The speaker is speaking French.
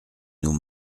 nous